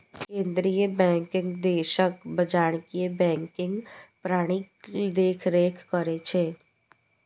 केंद्रीय बैंक देशक वाणिज्यिक बैंकिंग प्रणालीक देखरेख करै छै